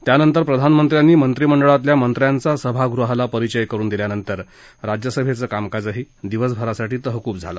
त्यानंतर प्रधानमंत्र्यांनी मंत्रीमंडळातल्या मंत्र्यांचा सभागृहाला परिचय करुन दिल्यानंतर राज्यसभेचं कामकाजही दिवसभरासाठी तहकूब झालं